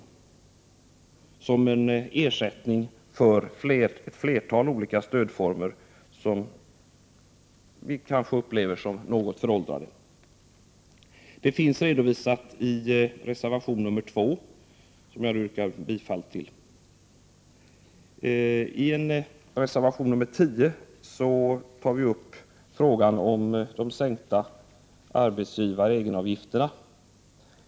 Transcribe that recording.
Riskgarantilånet utgör en ersättning för ett flertal olika stödformer, som vi upplever som kanske något föråldrade. Detta finns redovisat i reservation nr 2, som jag härmed yrkar bifall till. I reservation nr 10 tar vi upp frågan om de sänkta egenavgifterna.